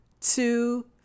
two